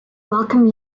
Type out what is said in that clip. welcome